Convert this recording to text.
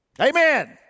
Amen